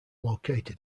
located